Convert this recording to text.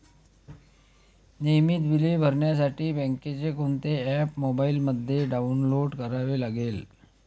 नियमित बिले भरण्यासाठी बँकेचे कोणते ऍप मोबाइलमध्ये डाऊनलोड करावे लागेल?